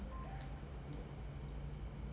k lah so if I don't smell so many